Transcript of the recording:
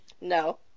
No